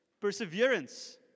perseverance